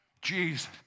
Jesus